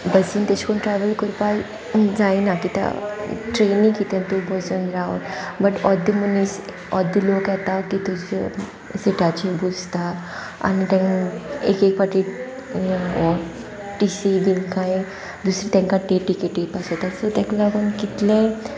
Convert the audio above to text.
बसीन तेश कोन ट्रॅवल कोपा जायना कित्या ट्रेनी कितें तूं बसोन राव बट अर्द मनीस अर्दें लोक येता की तुज सिटाचेर बसता आनी ते एक एक फावटी टि सी बीन कांय दुसरें तांकां टिकेट येवपा सो तेका लागून कितलें